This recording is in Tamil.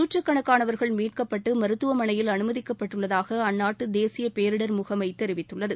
நூற்றுக்கணக்கானவர்கள் மீட்கப்பட்டு மருத்துவமனையில் அனுமதிக்கப்பட்டுள்ளதாக அந்நாட்டு தேசிய பேரிடர் முகமை தெரிவித்துள்ளது